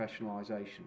professionalisation